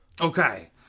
Okay